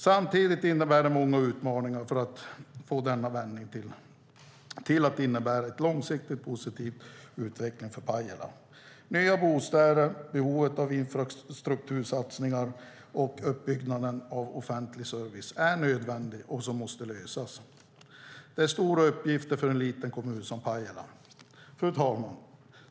Samtidigt innebär det många utmaningar för att få denna vändning till att innebära en långsiktig positiv utveckling för Pajala. Nya bostäder, infrastruktursatsningar och uppbyggnad av offentlig service är nödvändigheter som måste lösas. Det är stora uppgifter för en liten kommun som Pajala. Fru talman!